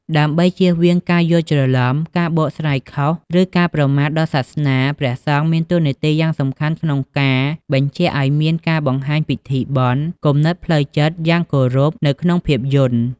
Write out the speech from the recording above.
ដើម្បីជៀសវាងការយល់ច្រឡំ ការបកស្រាយខុស ឬការប្រមាថដល់សាសនា ព្រះសង្ឃមានតួនាទីយ៉ាងសំខាន់ក្នុងការ បញ្ជាក់ឲ្យមានការបង្ហាញពិធីបុណ្យ និងគំនិតផ្លូវចិត្តយ៉ាងគោរព នៅក្នុងភាពយន្ត។